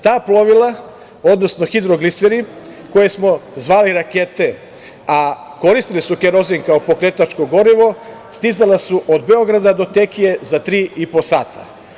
Ta plovila, odnosno hidrogliseri, koje smo zvali „rakete“, a koristila su kerozin kao pokretačko gorivo, stizala su od Beograda do Tekije za tri i po sata.